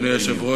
אדוני היושב-ראש,